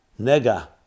Nega